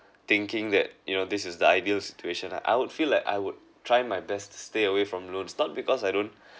thinking that you know this is the ideal situation lah I would feel like I would try my best to stay away from loan it's not because I don't